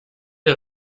der